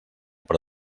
per